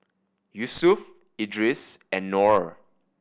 Yusuf Idris and Nor